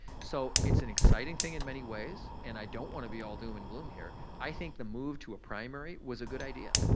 so, it's an exciting thing in many ways and i don't want to be all doom and gloom here. i think the move to a primary was a good idea.